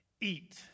Eat